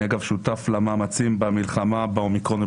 אגב, אני שותף למאמצים במלחמה ב-אומיקרון.